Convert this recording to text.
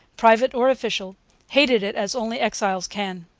private or official hated it as only exiles can.